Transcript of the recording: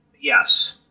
yes